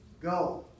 go